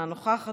אינה נוכחת,